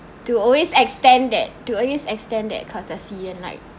to always extend that to always extend that courtesy and like